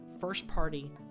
first-party